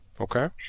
Okay